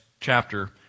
chapter